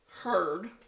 heard